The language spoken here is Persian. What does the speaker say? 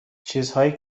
چیزهایی